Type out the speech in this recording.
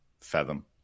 Fathom